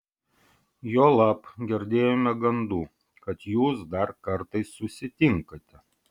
juolab girdėjome gandų kad jūs dar kartais susitinkate